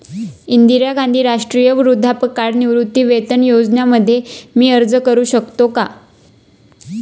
इंदिरा गांधी राष्ट्रीय वृद्धापकाळ निवृत्तीवेतन योजना मध्ये मी अर्ज का करू शकतो का?